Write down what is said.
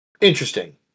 interesting